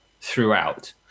throughout